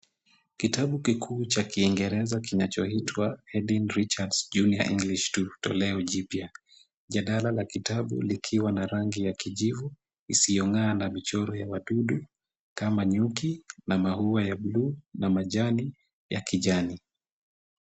Kitabu kikuu cha Kingereza kinachoitwa Haydn Richards Junior English Two, tolea jipya. Jadala la kitabu likiwa na rangi ya kijivu isiyong'aa na michoro ya wadudu kama nyuki na maua ya bluu na majani ya kijani.